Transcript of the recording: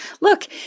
look